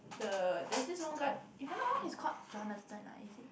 the there's this one guy if I'm not wrong he's called Jonathan ah is it